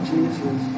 Jesus